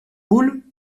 boules